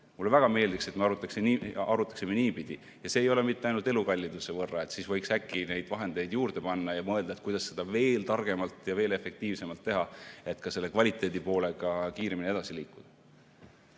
Mulle väga meeldiks, et me arutaksime niipidi, ja mitte tehes seda ainult elukalliduse võrra, siis võiks äkki neid vahendeid juurde panna ja mõelda, kuidas seda veel targemalt ja efektiivsemalt teha, et ka kvaliteedipoolega kiiremini edasi liikuda.